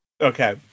Okay